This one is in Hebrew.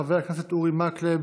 חבר הכנסת אורי מקלב,